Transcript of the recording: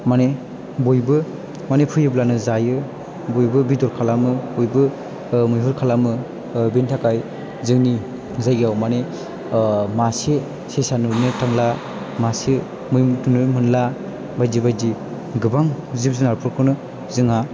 माने बयबो माने फैयोब्लानो जायो बेदर खालामो बयबो मैहुर खालामो बेनि थाखाय जोंनि जायगायाव माने मासे सेसा नुनो थांला मासे मै नुनो मोनला बायदि बायदि गोबां जिब जुनारफोरखौनो जोंहा